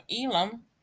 Elam